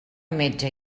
metge